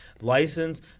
License